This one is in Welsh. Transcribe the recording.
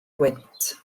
gwynt